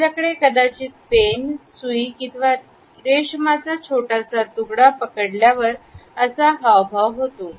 आपल्याकडे कदाचित पेन सुई अथवा रेशमाचा छोटासा तुकडा पकडल्यावर असा हावभाव होतो